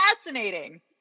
fascinating